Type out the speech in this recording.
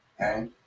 okay